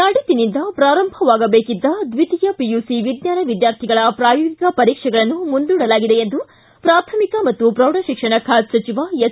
ನಾಡಿದ್ದಿನಿಂದ ಪ್ರಾರಂಭವಾಗಬೇಕಿದ್ದ ದ್ವಿತೀಯ ಪಿಯುಸಿ ವಿಜ್ಞಾನ ವಿದ್ಯಾರ್ಥಿಗಳ ಪ್ರಾಯೋಗಿಕ ಪರೀಕ್ಷೆಗಳನ್ನು ಮುಂದೂಡಲಾಗಿದೆ ಎಂದು ಪ್ರಾಥಮಿಕ ಮತ್ತು ಪ್ರೌಢಶಿಕ್ಷಣ ಖಾತೆ ಸಚಿವ ಎಸ್